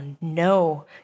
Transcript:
no